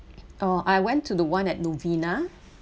oh I went to the one at novena